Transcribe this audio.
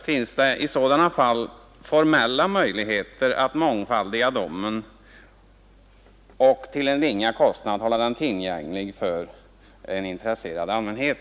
Finns det i sådana fall formella möjligheter att mångfaldiga domen och till en ringa kostnad hålla den tillgänglig för en intresserad allmänhet?